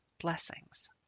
blessings